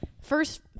First